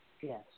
Yes